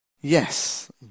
Yes